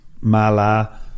mala